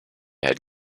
had